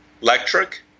electric